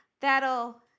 that'll